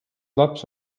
laps